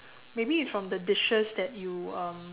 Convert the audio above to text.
maybe it's from the dishes that you um